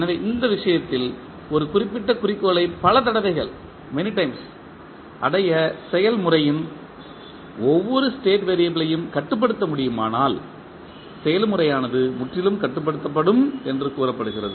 எனவே அந்த விஷயத்தில் ஒரு குறிப்பிட்ட குறிக்கோளை பல தடவைகள் அடைய செயல் முறையின் ஒவ்வொரு ஸ்டேட் வெறியபிளையும் கட்டுப்படுத்த முடியுமானால் செயல்முறையானது முற்றிலும் கட்டுப்படுத்தப்படும் என்று கூறப்படுகிறது